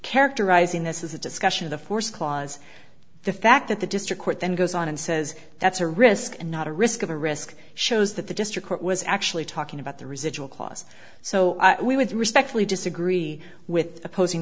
characterizing this is a discussion of the force clause the fact that the district court then goes on and says that's a risk and not a risk of a risk shows that the district court was actually talking about the residual clause so we would respectfully disagree with opposing